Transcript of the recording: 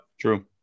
true